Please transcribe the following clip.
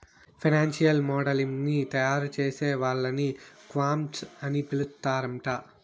financial modelling ని తయారుచేసే వాళ్ళని క్వాంట్స్ అని పిలుత్తరాంట